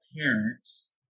parents